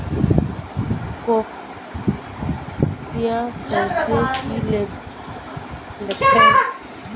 কোপ ই সরষে কি লেদা পোকার উপদ্রব বেশি হয়?